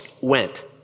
went